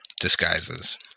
disguises